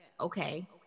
okay